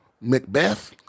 Macbeth